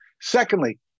Secondly